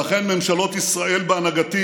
ואכן, ממשלות ישראל בהנהגתי